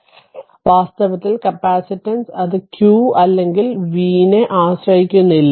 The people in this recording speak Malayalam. അതിനാൽ വാസ്തവത്തിൽ കപ്പാസിറ്റൻസ് അത് q അല്ലെങ്കിൽ v നെ ആശ്രയിക്കുന്നില്ല